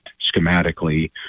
schematically